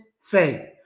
faith